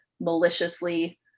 maliciously